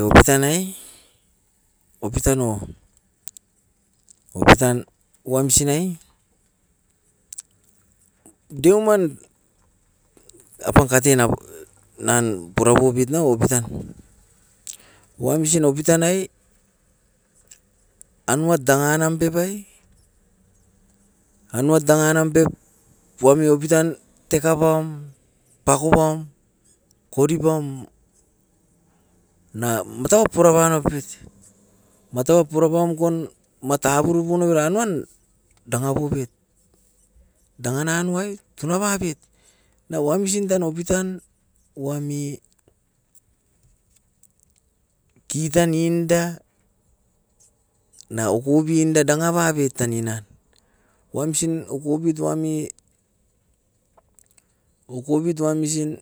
Opitan ai opitan nou, opitan wamsin nai deuman apan katena nan purapupit na opitan. Wamsin opitan nai panuat danga nam pep ai, anuat dangan nam pep wami opitan tekapaum, pako pam, kori pam na mataup purapanopit. Matau purapam kon matapuru punuran wan, danga popit. Dangan nanuai tuna papit na wamsin tan opitan wami kitan ninda na ukubinda danga babit tan inan. Wamsin okopito wami okopit wamsin